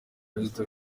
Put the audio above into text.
perezida